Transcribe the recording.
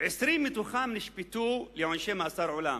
20 מתוכם נשפטו לעונשי מאסר עולם,